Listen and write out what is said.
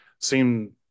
seem